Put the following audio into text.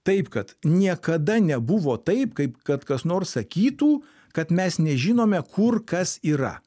taip kad niekada nebuvo taip kaip kad kas nors sakytų kad mes nežinome kur kas yra